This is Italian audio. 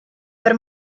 per